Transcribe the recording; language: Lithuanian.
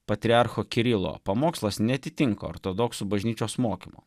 patriarcho kirilo pamokslas neatitinka ortodoksų bažnyčios mokymo